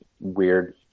weird